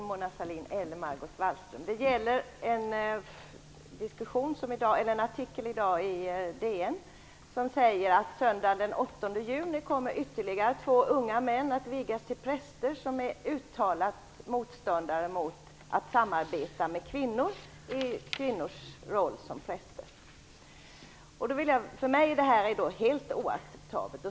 Fru talman! Jag vänder mig till Mona Sahlin eller Margot Wallström. Min fråga gäller en artikel i DN i dag. Där sägs att nu på söndag kommer ytterligare två unga män - som är uttalat motståndare mot att samarbeta med kvinnor i kvinnors roll som präster - att vigas till präster. För mig är det här oacceptabelt.